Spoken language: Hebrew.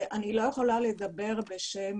אני לא יכולה לדבר בשם